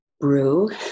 brew